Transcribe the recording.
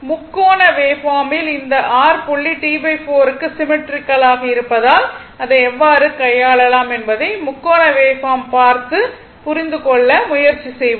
முக்கோண வேவ்பார்மில் இந்த r புள்ளி T4 க்கு சிம்மெட்ரிக்கல் ஆக இருப்பதால் அதை எவ்வாறு கையாளலாம் என்பதை முக்கோண வேவ்பார்ம் பார்த்து புரிந்து கொள்ள முயற்சி செய்வோம்